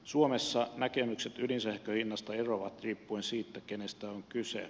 suomessa näkemykset ydinsähkön hinnasta eroavat riippuen siitä kenestä on kyse